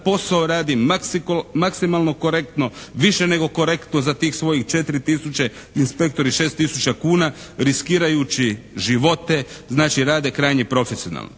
posao radi maksimalno korektno, više nego korektno za tih svojih 4 tisuće, inspektori 6 tisuća kuna riskirajući živote, znači rade krajnje profesionalno.